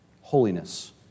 holiness